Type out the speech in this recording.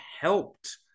helped